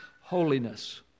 holiness